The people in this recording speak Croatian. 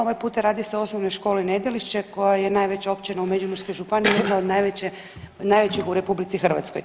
Ovaj puta radi se o osnovnoj školi Nedelišće koja je najveća općina u Međimurskoj županiji, jedna od najvećih u RH.